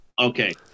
okay